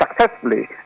successfully